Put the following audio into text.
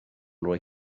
rhoi